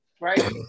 right